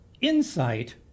insight